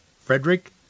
Frederick